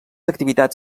activitats